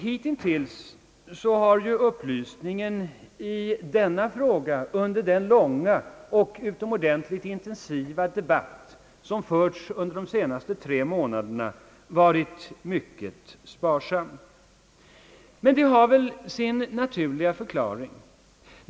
Hittills har upplysningen i denna fråga under den långa och utomordentligt intensiva debatt som förts under de senaste tre månaderna varit mycket sparsam. Detta har sin naturliga förklaring.